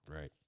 Right